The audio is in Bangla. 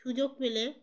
সুযোগ পেলে